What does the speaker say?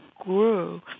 grew